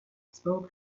spoke